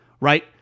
right